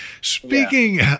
speaking